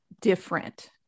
different